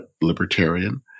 libertarian